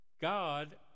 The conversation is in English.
God